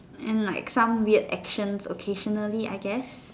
and like some weird actions occasionally I guess